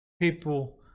people